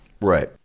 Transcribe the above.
Right